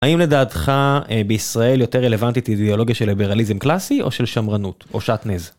האם לדעתך אה.. בישראל יותר רלוונטית אידיאולוגיה של ליברליזם קלאסי או של שמרנות, או שעטנז?